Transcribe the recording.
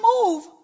move